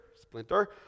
splinter